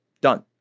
Done